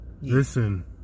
Listen